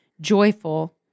joyful